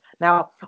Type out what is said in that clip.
now